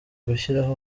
gushyira